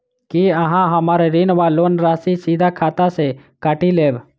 की अहाँ हम्मर ऋण वा लोन राशि सीधा खाता सँ काटि लेबऽ?